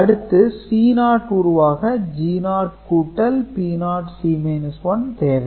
அடுத்து C0 உருவாக G0 கூட்டல் P0 C 1 தேவை